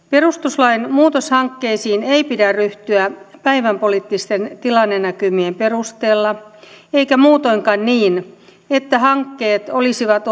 perustuslain muutoshankkeisiin ei pidä ryhtyä päivänpoliittisten tilannenäkymien perusteella eikä muutoinkaan niin että hankkeet olisivat